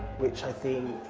which i think,